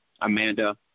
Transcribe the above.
Amanda